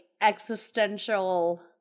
existential